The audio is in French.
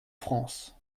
france